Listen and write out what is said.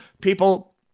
people